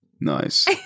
Nice